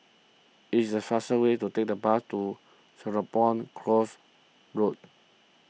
it is faster way to take the bus to Serapong Course Road